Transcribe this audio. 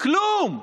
כלום.